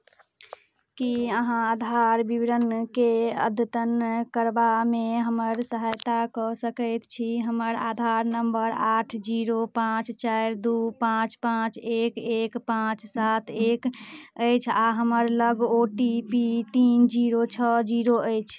की अहाँ आधार विवरणकेँ अद्यतन करबामे हमर सहायता कऽ सकैत छी हमर आधार नम्बर आठ जीरो पाँच चारि दू पाँच पाँच एक एक पाँच सात एक अछि आ हमर लग ओ टी पी तीन जीरो छओ जीरो अछि